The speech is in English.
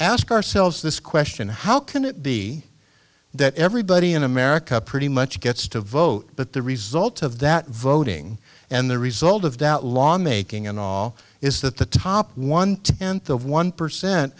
ask ourselves this question how can it be that everybody in america pretty much gets to vote but the result of that voting and the result of that law making and all is that the top one tenth of one percent